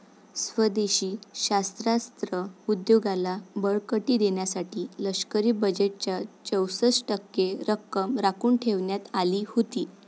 स्वदेशी शस्त्रास्त्र उद्योगाला बळकटी देण्यासाठी लष्करी बजेटच्या चौसष्ट टक्के रक्कम राखून ठेवण्यात आली होती